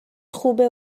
خوبه